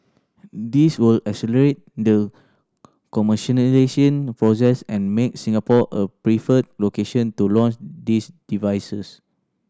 this will accelerate the commercialisation process and make Singapore a preferred location to launch these devices